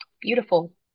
Beautiful